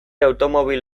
automobil